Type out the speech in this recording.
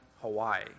Hawaii